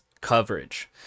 coverage